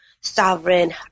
sovereign